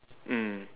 mm